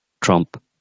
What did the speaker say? Trump